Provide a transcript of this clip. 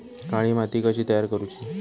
काळी माती कशी तयार करूची?